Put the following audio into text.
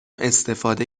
استفاده